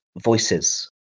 voices